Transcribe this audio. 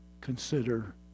consider